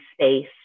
space